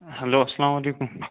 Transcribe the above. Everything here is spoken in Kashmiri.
ہیٚلو اَسلام علیکُم